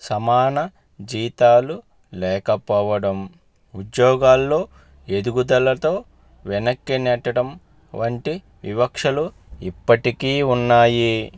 సమాన జీతాలు లేకపోవడం ఉద్యోగాల్లో ఎదుగుదలలో వెనక్కి నెట్టడం వంటి వివక్షలు ఇప్పటికీ ఉన్నాయి